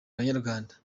banyarwanda